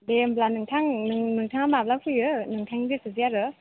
दे होनबा नोंथां नोंथाङा माब्ला फैयो नोंथांनि गोसोसै आरो